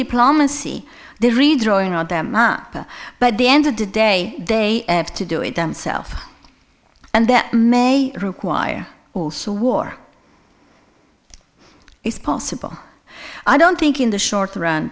diplomacy the redrawing of them but the end of the day they have to do it themselves and their may require also war is possible i don't think in the short run